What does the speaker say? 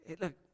look